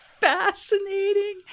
fascinating